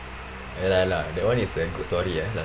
ya lah ya lah that one is a good story ah last